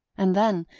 and then,